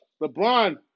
LeBron